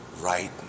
right